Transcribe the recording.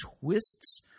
twists